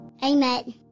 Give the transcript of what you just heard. Amen